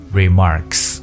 remarks